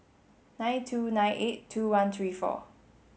nine two nine eight two one three four